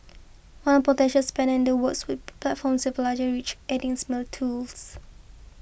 one potential spanner in the works platforms a larger reach adding similar tools